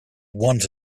want